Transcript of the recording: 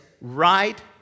right